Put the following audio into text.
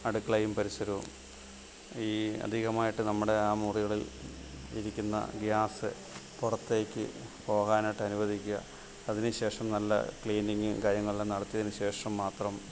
അടുക്കളയും പരിസരവും ഈ അധികമായിട്ട് നമ്മുടെ ആ മുറികളിൽ ഇരിക്കുന്ന ഗ്യാസ് പുറത്തേക്ക് പോകാനായിട്ട് അനുവദിക്കുക അതിന് ശേഷം നല്ല ക്ലീനിങ്ങ് കാര്യങ്ങളെല്ലം നടത്തിയതിനു ശേഷം മാത്രം